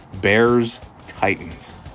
Bears-Titans